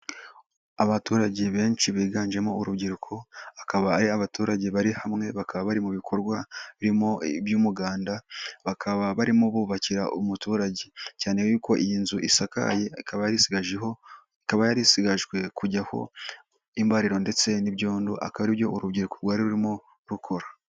Abaturage benshi biganjemo urubyiruko akaba ari abaturage bari hamwe bakaba bari mu bikorwa birimo iby'umuganda, bakaba barimo bubakira umuturage cyane ko iyi nzu isakaye, ikaba yari isigaje kujyaho imbariro ndetse n'ibyodo aka aribyo urubyiruko rwari rurimo rukora.